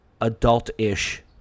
adult-ish